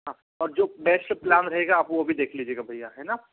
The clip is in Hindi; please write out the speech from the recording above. हाँ और जो बेस्ट प्लान रहेगा आप वो भी देख लीजिएगा भैया है ना